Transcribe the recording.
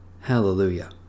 Hallelujah